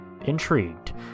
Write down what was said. Intrigued